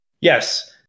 yes